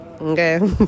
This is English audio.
okay